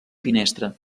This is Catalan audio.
finestra